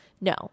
no